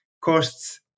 costs